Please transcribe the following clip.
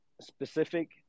specific